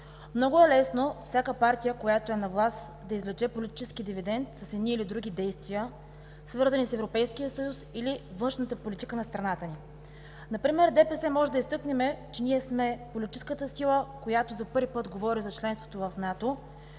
Много е лесно всяка партия, която е на власт, да извлече политически дивидент с едни или други действия, свързани с Европейския съюз или външната политика на страната ни. Например от ДПС може да изтъкнем, че ние сме политическата сила, която за първи път говори за членството в НАТО